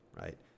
right